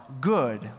good